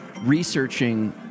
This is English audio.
researching